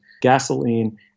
gasoline